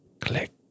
click